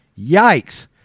Yikes